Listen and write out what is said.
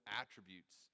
attributes